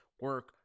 Work